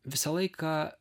visą laiką